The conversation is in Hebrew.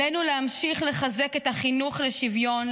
עלינו להמשיך לחזק את החינוך לשוויון,